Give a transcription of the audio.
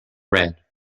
red